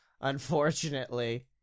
unfortunately